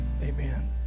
Amen